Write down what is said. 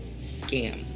scam